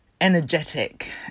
energetic